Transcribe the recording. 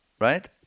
right